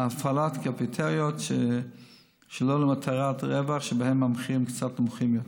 והפעלת קפיטריות שלא למטרת רווח שבהן המחירים קצת יותר נמוכים.